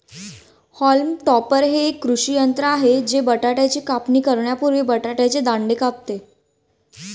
haulm topper हे एक कृषी यंत्र आहे जे बटाट्याची कापणी करण्यापूर्वी बटाट्याचे दांडे कापते